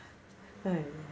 ya